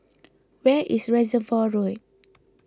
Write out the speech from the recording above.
where is Reservoir Road